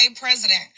president